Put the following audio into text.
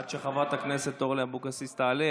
עד שחברת הכנסת אורלי אבקסיס תעלה,